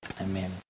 Amen